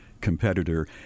competitor